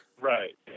Right